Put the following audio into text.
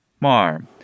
Mar